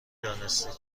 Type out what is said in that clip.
دانستید